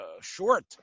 short